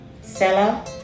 seller